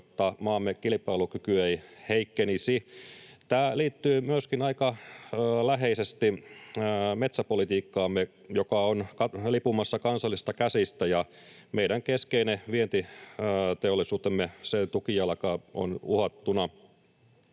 jotta maamme kilpailukyky ei heikkenisi. Tämä liittyy myöskin aika läheisesti metsäpolitiikkaamme, joka on lipumassa kansallisista käsistä, ja meidän keskeinen vientiteollisuutemme tukijalka on uhattuna.